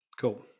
Cool